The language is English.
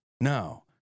No